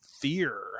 fear